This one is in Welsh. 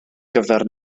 gyfer